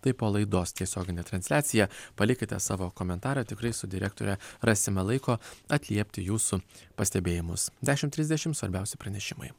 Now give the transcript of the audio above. tai po laidos tiesiogine transliacija palikite savo komentarą tikrai su direktore rasime laiko atliepti jūsų pastebėjimus dešim trisdešim svarbiausi pranešimai